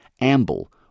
amble